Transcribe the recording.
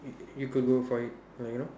y~ you could go for it like you know